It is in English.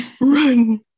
run